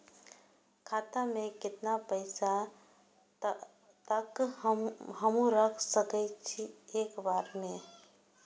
खाता में केतना पैसा तक हमू रख सकी छी एक बेर में?